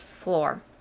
floor